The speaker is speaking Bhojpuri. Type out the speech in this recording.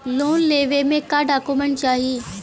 लोन लेवे मे का डॉक्यूमेंट चाही?